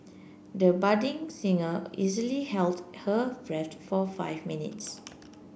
the budding singer easily held her breath for five minutes